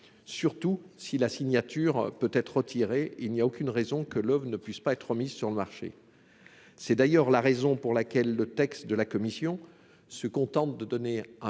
Surtout, si la signature peut être retirée, il n'y a aucune raison que l'oeuvre ne puisse pas être remise sur le marché. C'est la raison pour laquelle le texte de la commission se contente de donner un